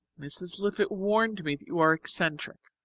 mrs. lippett warned me that you were eccentric.